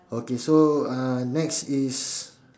okay so uh next is